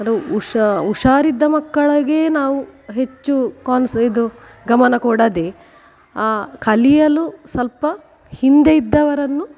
ಇದು ಉಷಾ ಹುಷಾರಿದ್ದ ಮಕ್ಕಳಿಗೇ ನಾವು ಹೆಚ್ಚು ಕಾನ್ಸ್ ಇದು ಗಮನ ಕೊಡದೆ ಆ ಕಲಿಯಲು ಸ್ವಲ್ಪ ಹಿಂದೆ ಇದ್ದವರನ್ನು